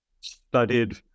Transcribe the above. studied